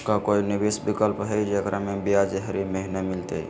का कोई निवेस विकल्प हई, जेकरा में ब्याज हरी महीने मिलतई?